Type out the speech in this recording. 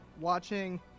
watching